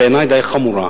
בעיני די חמורה,